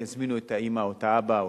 יזמינו את האמא או את האבא,